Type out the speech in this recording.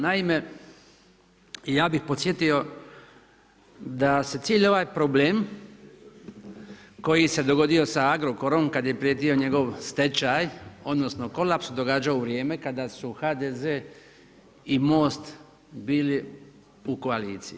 Naime, ja bi podsjetio da se cijeli ovaj problem, koji se dogodio s Agrokorom, kada je prijetio njegov stečaj, odnosno, kolaps, događao u vrijeme, kada su HDZ i Most bili u koaliciji.